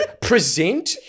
present